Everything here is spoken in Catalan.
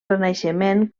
renaixement